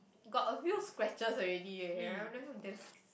got a few scratches already eh